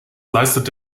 leistet